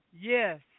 Yes